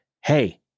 Hey